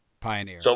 Pioneer